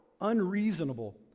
unreasonable